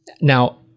Now